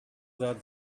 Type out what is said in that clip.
that